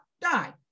die